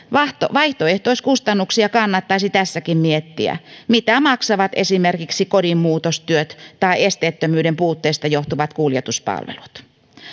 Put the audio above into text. vaihtoehtoiskustannuksia kannattaisi tässäkin miettiä mitä maksavat esimerkiksi kodin muutostyöt tai esteettömyyden puutteesta johtuvat kuljetuspalvelut